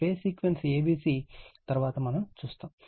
కానీ phase sequence a b c తరువాత మనం చూస్తాము